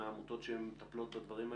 מהעמותות שמטפלת בנושא הזה.